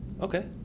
Okay